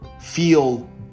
feel